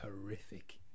horrific